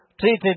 treated